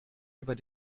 über